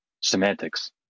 semantics